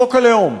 חוק הלאום,